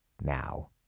now